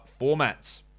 formats